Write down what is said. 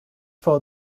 for